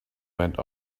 went